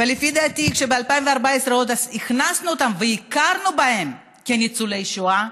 ולפי דעתי כשב-2014 עוד הכנסנו אותם והכרנו בהם כניצולי שואה,